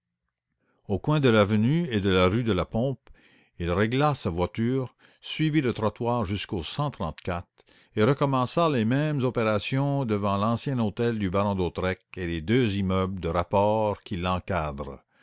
au coin de l'avenue et de la rue de la pompe il régla sa voiture suivit le trottoir jusquau et recommença les mêmes opérations devant l'ancien hôtel du baron d'hautois et les deux immeubles de rapport qui l'encadrent